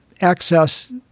access